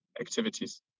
activities